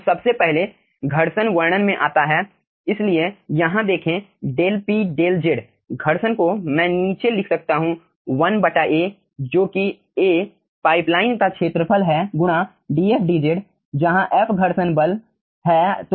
तो सबसे पहले घर्षण वर्णन में आता हैं इसलिए यहाँ देखें डेल P डेल Z घर्षण को मैं नीचे लिख सकता हूं 1A जो कि A पाइप लाइन का क्षेत्रफल है गुणा dfdz जहां f घर्षण बल है